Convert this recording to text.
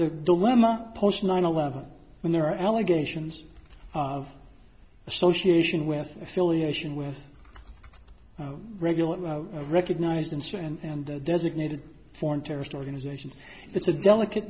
the dilemma post nine eleven when there are allegations of association with affiliation with regular recognized in street and designated foreign terrorist organization it's a delicate